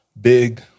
big